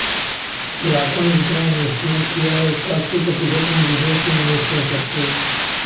ग्राहकों ने जितना इंवेस्ट किया है उसका अस्सी प्रतिशत हम विदेश में इंवेस्ट कर सकते हैं